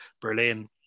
Berlin